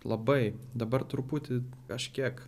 labai dabar truputį kažkiek